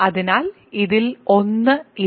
അതിനാൽ ഇതിൽ 1 ഇല്ല